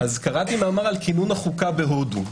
קראתי מאמר על כינון החוקה בהודו.